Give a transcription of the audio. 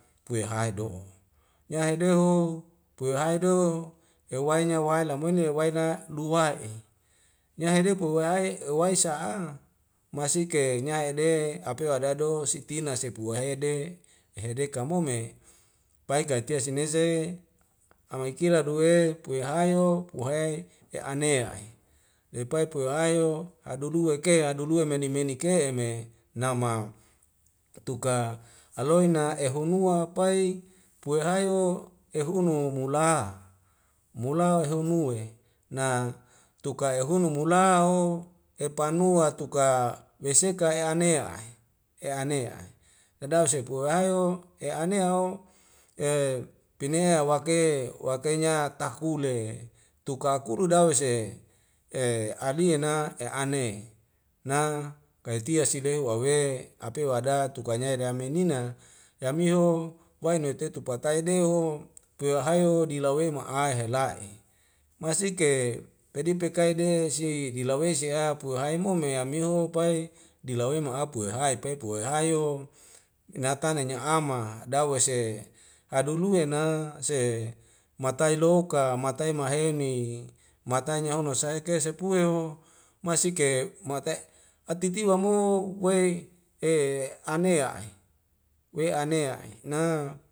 Puye haedo'o nyahedeho pue haedeo ewainya wae lai mule uwaina luwa'e nyahede puwai uwai sa'a masike nyahede apewadado sitina sepu wahede ehede kamome pai kaitia seneze amaikila duwe pue hayo puhai e'anea i lepai pue ayo adulua eke adulua menik menik ke'eme nama tuka aloina ehunua pai pue hayo ehuno mula mula honue na tuka ehonu mula o epanua tuka meseka e anea he e anea'e dadau sepuhayo e anea o e pena e wake wake'enya takule tuka kulu dawese e aliana e'ane na kaitia sileu awe apewada tuka nyai da damenina yamiho wae nuweitetu patai deuho pue hayo dila wema aihe la'e masike pedipekai de si dila wesi a puhai mo me amihio pai dila we ma apu wehai pe pui wahayo nate na nya'ama dawese hadulue na se matai loka matai mahemi matai nyahono saike sepue ho masike ma'atae atitiwa mo wei e anea i we ane ai na